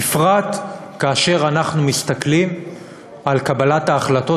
בפרט כאשר אנחנו מסתכלים על קבלת ההחלטות